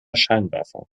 scheinwerfer